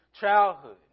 childhood